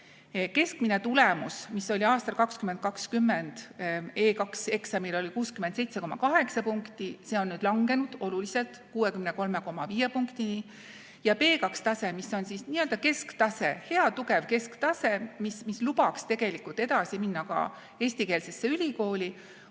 keskmine tulemus, mis oli 2020. aastal E2 eksamil, oli 67,8 punkti, see on nüüd langenud oluliselt, 63,5 punktini. Ja B2‑tase, mis on kesktase, hea tugev kesktase, mis lubaks tegelikult edasi minna ka eestikeelsesse ülikooli,